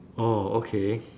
oh okay